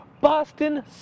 Boston